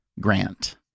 grant